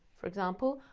for example,